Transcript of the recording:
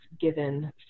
given